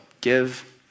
give